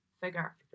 figure